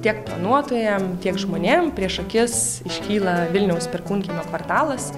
tiek planuotojam tiek žmonėm prieš akis iškyla vilniaus perkūnkiemio kvartalas